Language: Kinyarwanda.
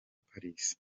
paris